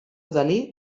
dalí